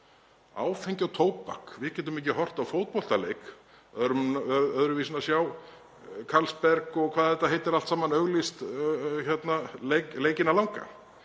Áfengi og tóbak, við getum ekki horft á fótboltaleik öðruvísi en að sjá Carlsberg og hvað þetta heitir allt saman auglýst leikina langa.